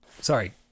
sorry